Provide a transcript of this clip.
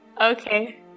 Okay